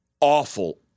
awful